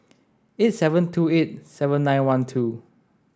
eight seven two eight seven nine one two